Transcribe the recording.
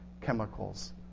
chemicals